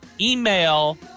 email